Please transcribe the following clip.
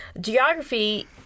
geography